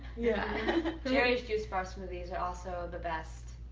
yeah jerry's juice bar smoothies are also the best,